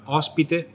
ospite